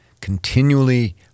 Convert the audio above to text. continually